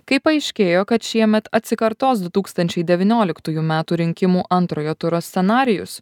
kai paaiškėjo kad šiemet atsikartos du tūkstančiai devynioliktųjų metų rinkimų antrojo turo scenarijus